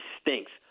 stinks